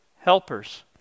helpers